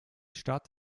stadt